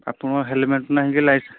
ଆପଣ ହେଲମେଟ୍ ନାହିଁ କି